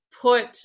put